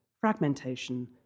fragmentation